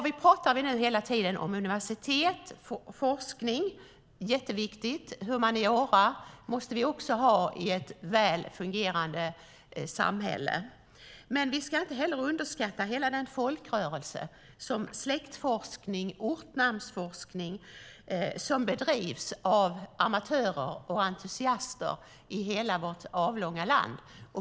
Vi pratar hela tiden om universitet och forskning, som är jätteviktigt. Humaniora måste vi också ha i ett väl fungerande samhälle. Men vi ska inte underskatta den folkrörelse med släktforskning och ortnamnsforskning som bedrivs av amatörer och entusiaster i hela vårt avlånga land.